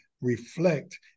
reflect